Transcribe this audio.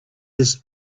his